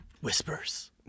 Whispers